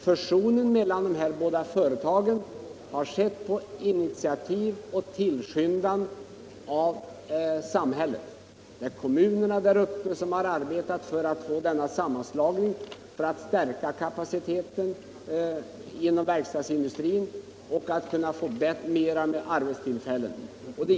Fusionen mellan de båda företagen har skett på initiativ och tillskyndan av samhället. Det är kommunerna där uppe som har arbetat för denna sammanslagning i syfte att stärka kapaciteten inom verkstadsindustrin och för att få fler arbetstillfällen.